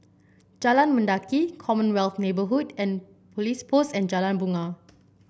Jalan Mendaki Commonwealth Neighbourhood and Police Post and Jalan Bungar